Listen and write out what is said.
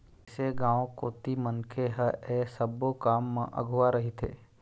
अइसे गाँव कोती मनखे ह ऐ सब्बो काम म अघुवा रहिथे